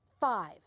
Five